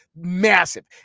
Massive